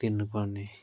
तिर्न पर्ने